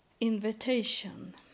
invitation